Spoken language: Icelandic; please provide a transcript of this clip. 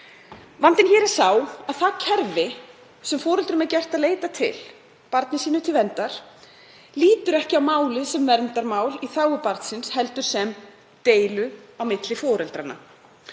Vandinn er sá að það kerfi sem foreldrum er gert að leita til, barni sínu til verndar, lítur ekki á málið sem verndarmál í þágu barnsins heldur sem deilu á milli foreldranna.